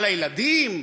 על הילדים,